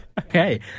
Okay